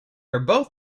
are